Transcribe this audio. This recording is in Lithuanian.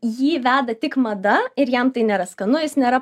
jį veda tik mada ir jam tai nėra skanu jis nėra